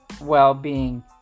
well-being